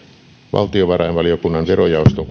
valtiovarainvaliokunnan verojaoston